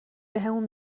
بهمون